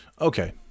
Okay